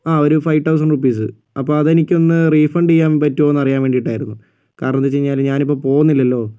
ആ ഒരു five thousand rupees അപ്പോൾ അതെനിക്കൊന്ന് റീഫണ്ട് ചെയ്യാൻ പറ്റുമെന്നറിയാൻ വേണ്ടിയിട്ടായിരുന്നു കാരണം എന്നുവെച്ചു കഴിഞ്ഞാൽ ഞാനിപ്പോൾ പോകുന്നില്ലല്ലോ